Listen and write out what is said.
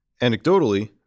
Anecdotally